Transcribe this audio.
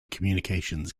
communications